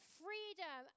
freedom